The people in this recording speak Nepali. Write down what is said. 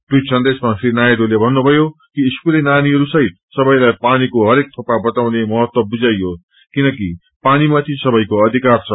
टवीट सन्देशमा श्री नायडूले भन्नुभयो स्कूले नानीहरूसहित सबैलाई पानीको हरेक थोपा बचाउने महत्व बुझाइयोस किनकि पानीमाथि सबैको अधिकार छ